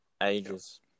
ages